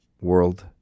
world